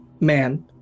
man